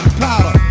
powder